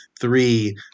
three